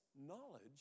Knowledge